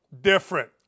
different